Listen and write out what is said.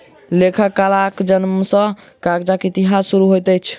लेखन कलाक जनम सॅ कागजक इतिहास शुरू होइत अछि